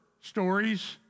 stories